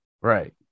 Right